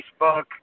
Facebook